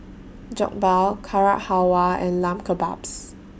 Jokbal Carrot Halwa and Lamb Kebabs